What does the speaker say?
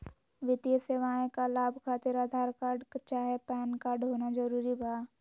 वित्तीय सेवाएं का लाभ खातिर आधार कार्ड चाहे पैन कार्ड होना जरूरी बा?